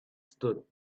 stood